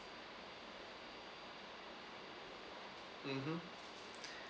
mmhmm